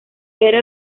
era